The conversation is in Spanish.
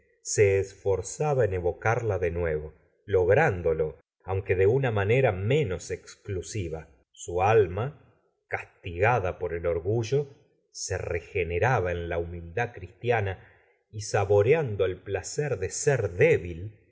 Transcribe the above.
se esforzaba en evocarla de nuevo lográndolo aunque de una manera menos exclusiva su alma castigada por el orgullo se regeneraba en la humildad cristiana y saboreando el placer de sér débil